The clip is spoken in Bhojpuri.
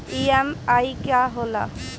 ई.एम.आई का होला?